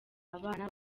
abana